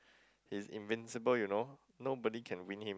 he's invincible you know nobody can win him